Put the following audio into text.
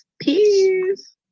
peace